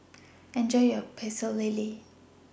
Enjoy your Pecel Lele